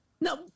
No